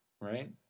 right